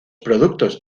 productos